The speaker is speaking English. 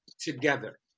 together